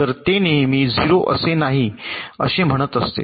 तर हे नेहमी 0 असे नाही असे म्हणत असते